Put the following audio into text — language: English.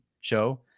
show